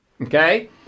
okay